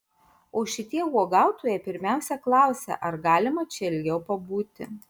o šitie uogautojai pirmiausia klausia ar galima čia ilgiau pabūti